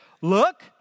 Look